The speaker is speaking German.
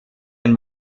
ein